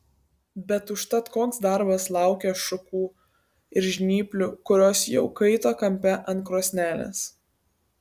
bet užtat koks darbas laukė šukų ir žnyplių kurios jau kaito kampe ant krosnelės